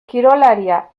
kirolaria